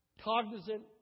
cognizant